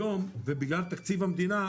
היום ובגלל תקציב המדינה,